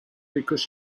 because